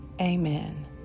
Amen